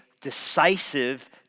decisive